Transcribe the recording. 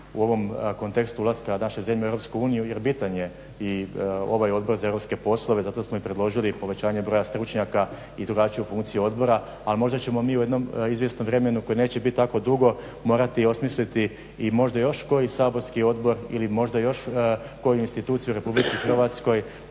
u ovom kontekstu ulaska naše zemlje u EU jer bitan je i ovaj Odbor za europske poslove. Zato smo i predložili povećanje broja stručnjaka i drugačiju funkciju odbora. Ali možda ćemo mi u jednom izvjesnom vremenu koji neće biti tako dugo morati osmisliti i možda još koji saborski odbor ili možda još koju instituciju u Republici Hrvatskoj